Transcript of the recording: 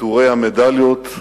עטורי המדליות,